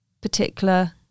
particular